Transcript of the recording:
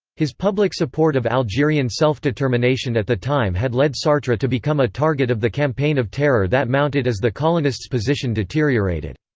his public support of algerian self-determination at the time had led sartre to become a target of the campaign of terror that mounted as the colonists' position deteriorated.